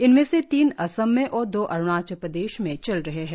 इनमें से तीन असम में और दो अरुणाचल प्रदेश में चल रहे है